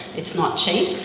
it's not cheap,